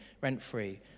rent-free